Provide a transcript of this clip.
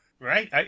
Right